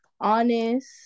honest